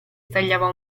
stagliava